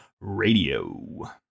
radio